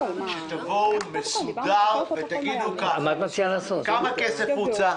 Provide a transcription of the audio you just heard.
שתבואו באופן מסודר ותגידו כמה כסף הוצא,